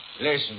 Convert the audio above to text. Listen